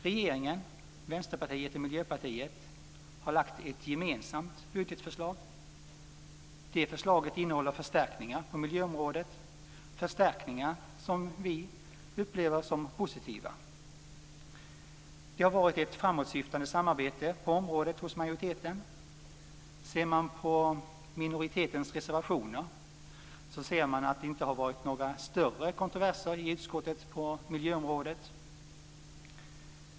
Regeringen, Vänsterpartiet och Miljöpartiet har lagt fram ett gemensamt budgetförslag. Förslaget innehåller förstärkningar på miljöområdet, förstärkningar som vi upplever som positiva. Det har varit ett framåtsyftande samarbete på området hos majoriteten. Ser man på minoritetens reservationer så ser man att det inte har varit några större kontroverser i utskottet på miljöområdet.